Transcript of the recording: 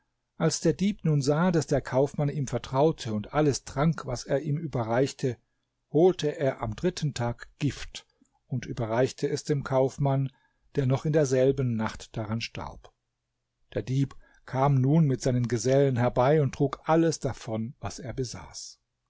als der dieb nun sah daß der kaufmann ihm vertraute und alles trank was er ihm überreichte holte er am dritten tag gift und überreichte es dem kaufmann der noch in derselben nacht daran starb der dieb kam nun mit seinen gesellen herbei und trug alles davon was er besaß